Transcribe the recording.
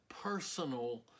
personal